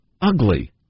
ugly